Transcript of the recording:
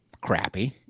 Crappy